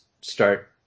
start